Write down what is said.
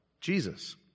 Jesus